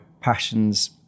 passions